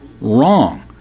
wrong